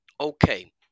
Okay